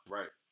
Right